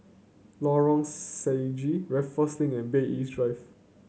Lorong Stangee Raffles Link and Bay East Drive